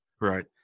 right